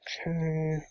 Okay